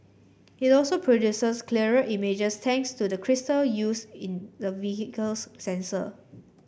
it also produces clearer images thanks to the crystal used in the vehicle's sensor